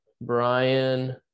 Brian